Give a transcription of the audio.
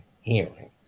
hearing